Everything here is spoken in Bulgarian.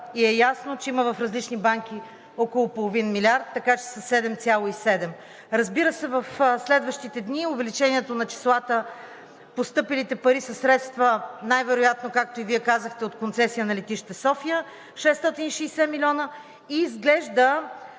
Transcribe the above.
е ясно, че има в различни банки около половин милиард, така че са 7,7. Разбира се, в следващите дни увеличението на числата, постъпилите пари са средства най-вероятно, както и Вие казахте, от концесия на летище София – 660 милиона. Изглежда